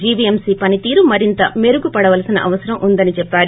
GVMC పనితీరు మరింత మెరుగుపడవలసిన అవసరం ఉందని చెప్పారు